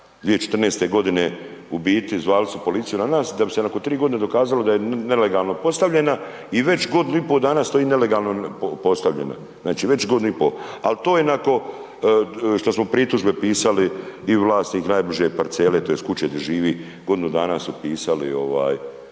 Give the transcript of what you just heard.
2014. g. u biti zvali su policiju na nas da bi se nakon 3 g. dokazalo da je nelegalno postavljena i već godinu i pol dana stoji nelegalno postavljena, znači već godinu i pol, ali to je nakon što smo pritužbe pisali i vlasnik najbliže parcele tj. kuće di živi, godinu dana su pisali